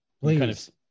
Please